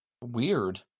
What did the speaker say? weird